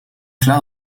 clar